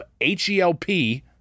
H-E-L-P